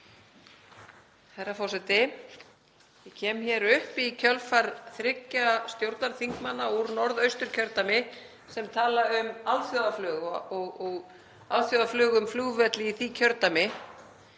Herra forseti. Ég kem hér upp í kjölfar þriggja stjórnarþingmanna úr Norðausturkjördæmi sem tala um alþjóðaflug og alþjóðaflug um flugvelli í því kjördæmi.